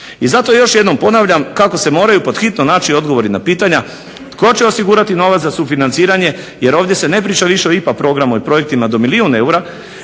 I zato još jednom ponavljam kako se moraju pothitno naći odgovori na pitanja tko će osigurati novac o sufinanciranje, jer ovdje se ne priča više o IPA programu i projektima do milijun eura